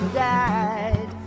died